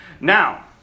Now